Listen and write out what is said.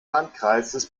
landkreises